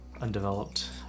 undeveloped